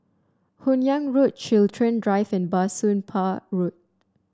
Hun Yeang Road Chiltern Drive and Bah Soon Pah Road